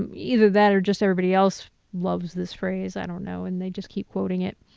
either that, or just everybody else loves this phrase, i don't know and they just keep quoting it.